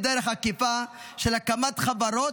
על קרקע באיזו דרך עקיפה של הקמת חברות,